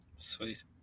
sweet